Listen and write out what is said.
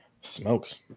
smokes